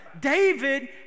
David